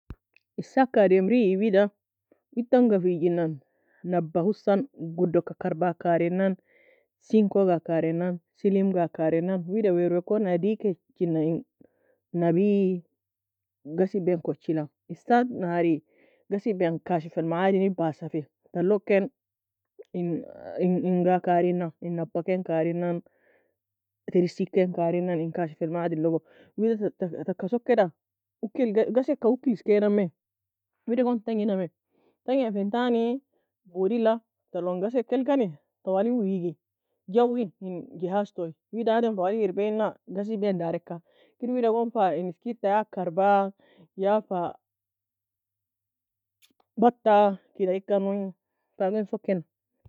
Esaka ademri witanga figina, Nubba husan gudo ka karba akareina Sinko ga Kareina Silim ga kareianan. Wida wer wer kon a A diakeana Nubb en ghasebien kochila. Isad nhari ghsebie كاشف المعادن passa fe, talug ken kareina Nubba ken kareina, tersi ken kareina, كاشف المعادن logo. Wida taka sokeda uke la gase ka uke la eskanami. Wida gon tangue nami Tanga fentani boudi la talon ghasei ka elkani, tawali weagi, jawi جهاز toye. Wida adem twali ga erbaie ghasibaei darika Kir wida goon fa en Eskid ta ya karba ya fa. Bata Kida ekan fa gon soken.